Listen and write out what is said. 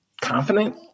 confident